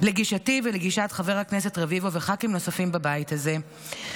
לגישתי ולגישת חבר הכנסת רביבו וחברי כנסת נוספים בבית הזה,